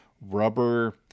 rubber